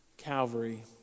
Calvary